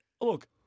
Look